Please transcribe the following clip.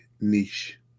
niche